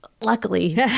luckily